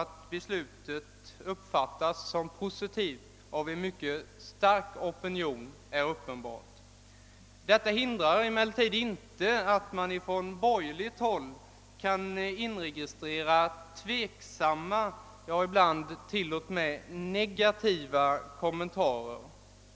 Att beslutet uppfattats som positivt av en mycket stark opinion är uppenbart. Detta hindrar emellertid inte att man från borgerligt håll kan inregistrera tveksamma, ja, ibland till och med negativa kommentarer.